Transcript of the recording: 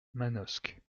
manosque